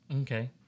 Okay